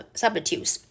substitutes